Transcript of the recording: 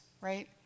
right